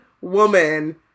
woman